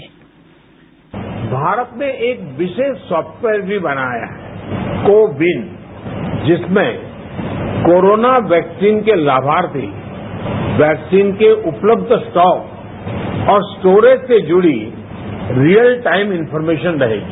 sound byte Bharat ने एक विशेष सॉफ्टवेयर भी बनाया है कोविन जिसमें कोरोना वैक्सीन के लाभार्थी वैक्सीन के उपलब्ध स्टॉक और स्टोरेज से जुड़ी रियल टाइम इन्फॉर्मेशन रहेगी